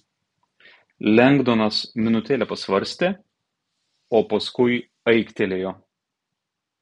lengdonas minutėlę pasvarstė o paskui aiktelėjo